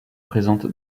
présente